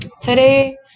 today